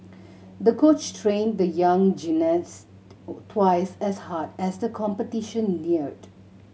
the coach trained the young gymnast twice as hard as the competition neared